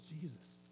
Jesus